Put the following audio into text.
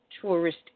tourist